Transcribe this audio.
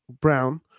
Brown